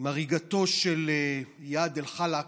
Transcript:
עם הריגתו של איאד אלחלאק.